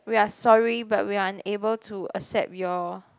we are sorry but we are unable to accept your